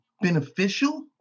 beneficial